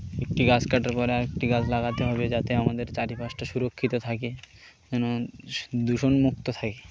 একটি গাছ কাটার পরে আর একটি গাছ লাগাতে হবে যাতে আমাদের চারিপাশটা সুরক্ষিত থাকে যেন দূষণমুক্ত থাকে